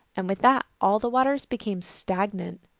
and with that all the waters became stagnant.